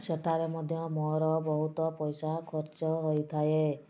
ସେଠାରେ ମଧ୍ୟ ମୋର ବହୁତ ପଇସା ଖର୍ଚ୍ଚ ହୋଇଥାଏ